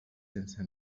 sense